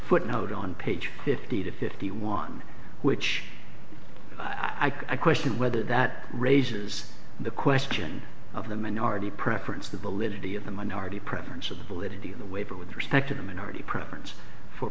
footnote on page fifty to fifty one which i question whether that raises the question of the minority preference the validity of the minority preference of the validity of the waiver with respect to the minority preference for